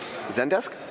Zendesk